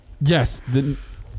Yes